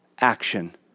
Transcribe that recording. action